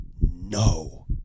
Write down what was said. no